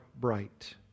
bright